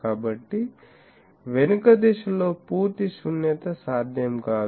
కాబట్టి వెనుక దిశలో పూర్తి శూన్యత సాధ్యం కాదు